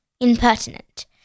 impertinent